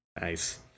Nice